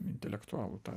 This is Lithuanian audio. intelektualų tą